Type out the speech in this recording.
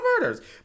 murders